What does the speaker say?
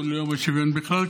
או יום השוויון בכלל,